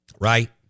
right